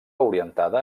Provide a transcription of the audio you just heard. orientada